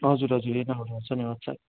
हजुर हजुर यही नम्बरमा छ नि वाट्सएप